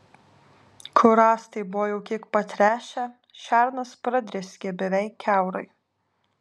kur rąstai buvo jau kiek patręšę šernas pradrėskė beveik kiaurai